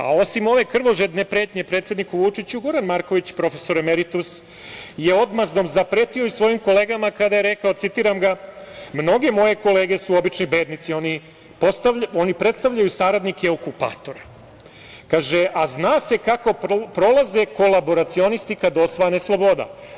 A osim ove krvožedne pretnje predsedniku Vučiću, Goran Marković, profesor emeritus je odmazdom zapretio i svojim kolegama kada je rekao: "Mnoge moje kolege su obični bednici, oni predstavljaju saradnike okupatora, a zna se kako prolaze kolaboracionisti kada osvane sloboda"